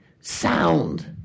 sound